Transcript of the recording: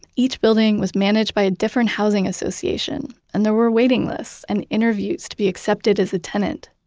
each building was managed by a different housing association, and there were waiting lists and interviews to be accepted as a tenant.